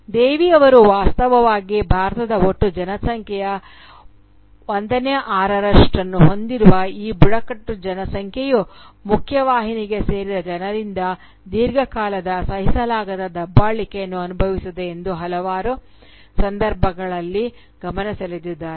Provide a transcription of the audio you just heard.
ದೇವಿ ಅವರು ವಾಸ್ತವವಾಗಿ ಭಾರತದ ಒಟ್ಟು ಜನಸಂಖ್ಯೆಯ 16 ರಷ್ಟನ್ನು ಹೊಂದಿರುವ ಈ ಬುಡಕಟ್ಟು ಜನಸಂಖ್ಯೆಯು ಮುಖ್ಯವಾಹಿನಿಗೆ ಸೇರಿದ ಜನರಿಂದ ದೀರ್ಘಕಾಲ ಸಹಿಸಲಾಗದ ದಬ್ಬಾಳಿಕೆಯನ್ನು ಅನುಭವಿಸಿದೆ ಎಂದು ಹಲವಾರು ಸಂದರ್ಭಗಳಲ್ಲಿ ಗಮನಸೆಳೆದಿದ್ದಾರೆ